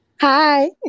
Hi